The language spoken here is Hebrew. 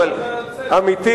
עמיתי